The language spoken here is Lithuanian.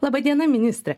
laba diena ministre